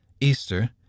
Easter